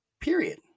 period